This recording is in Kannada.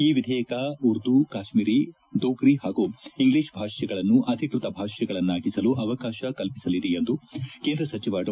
ಈ ವಿಧೇಯಕ ಉರ್ದು ಕಾಶ್ಮೀರಿ ದೋಗ್ರಿ ಹಾಗೂ ಇಂಗ್ಲೀಷ್ ಭಾಷೆಗಳನ್ನು ಅಧಿಕೃತ ಭಾಷೆಗಳನ್ನಾಗಿಸಲು ಅವಕಾಶ ಕಲ್ಪಿಸಲಿದೆ ಎಂದು ಕೇಂದ್ರ ಸಚಿವ ಡಾ